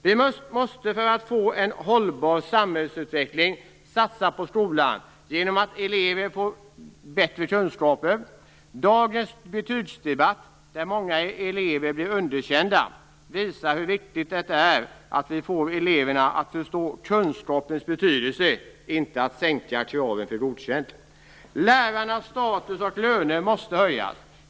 Vi måste för att få en hållbar samhällsutveckling satsa på skolan genom att elever får bättre kunskaper. Dagens betygssystem, där många elever blir underkända, och debatten om detta visar hur viktigt det är att vi får eleverna att förstå kunskapens betydelse i stället för att vi sänker kravet för betyget godkänt. Lärarnas status och löner måste höjas.